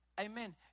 Amen